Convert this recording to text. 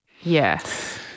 Yes